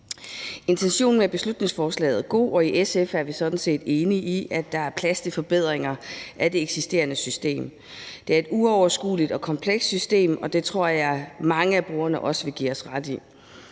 Intentionen med beslutningsforslaget er god, og i SF er vi sådan set enige i, at der er plads til forbedringer af det eksisterende system. Det er et uoverskueligt og komplekst system, og det tror jeg mange af brugerne også vil give os ret i.